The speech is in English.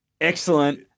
excellent